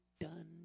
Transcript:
Done